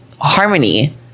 harmony